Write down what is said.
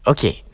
Okay